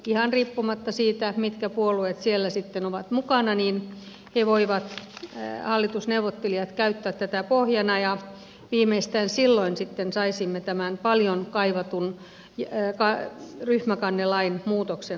ihan riippumatta siitä mitkä puolueet siellä sitten ovat mukana hallitusneuvottelijat voivat käyttää tätä pohjana ja viimeistään silloin sitten saisimme tämän paljon kaivatun ryhmäkannelain muutoksen aikaiseksi